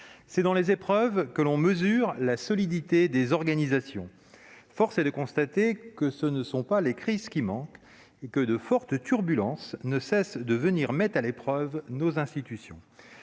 C'est dans les épreuves que l'on mesure la solidité des organisations. Force est de le constater, ce ne sont pas les crises qui manquent et de fortes turbulences ne cessent de mettre à l'épreuve nos institutions.